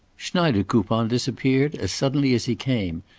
schneidekoupon disappeared as suddenly as he came,